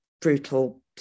brutal